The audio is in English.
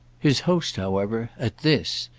his host, however, at this,